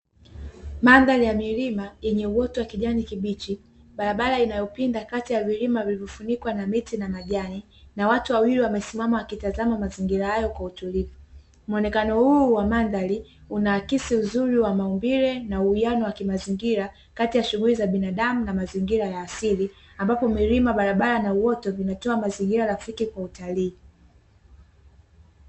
Mandhari ya milima yenye uoto wa kijani kibichi, barabara inayopinda kati ya vilima vilivyofunikwa na miti na majani na watu wawili wakisimama wakitazama mazingira hayo kwa utulivu. Muonekano huu wa mandhari unaakisi uzuri wa maumbile na uwiano wa kimazingira kati ya shughuli za binadamu na mazingira ya asili ambapo milima, barabara na uoto vinatoa mazingira rafiki kwa utalii.